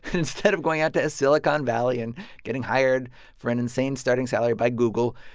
instead of going out to silicon valley and getting hired for an insane starting salary by google,